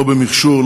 לא במכשור,